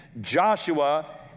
Joshua